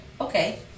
Okay